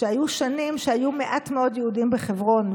שהיו שנים שהיו מעט מאוד יהודים בחברון,